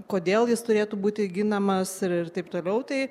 kodėl jis turėtų būti ginamas ir taip toliau tai